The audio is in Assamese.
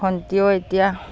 ভন্টিও এতিয়া